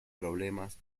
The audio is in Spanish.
problemas